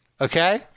Okay